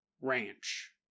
ranch